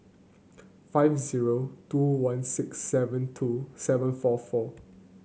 five zero two one six seven two seven four four